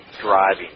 driving